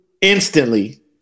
instantly